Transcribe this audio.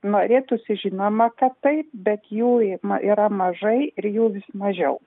norėtųsi žinoma kad taip bet jų yra mažai ir jų vis mažiau